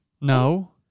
No